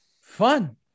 fun